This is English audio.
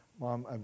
Mom